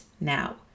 now